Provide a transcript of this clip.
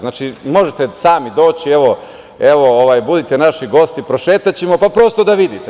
Znači, možete sami doći, evo, budite naši gosti, prošetaćemo, pa, prosto, da vidite.